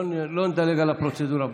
לא נדלג על הפרוצדורה.